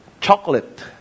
chocolate